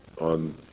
on